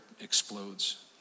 explodes